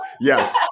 yes